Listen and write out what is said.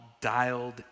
dialed